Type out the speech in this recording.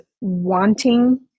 wanting